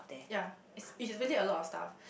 ya it's it's really a lot of stuff